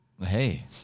Hey